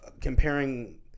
comparing